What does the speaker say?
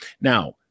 Now